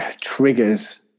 triggers